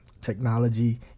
technology